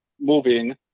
moving